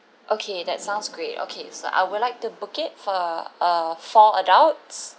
okay that sounds great okay so I would like to book it for uh four adult